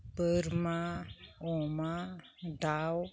बोरमा अमा दाउ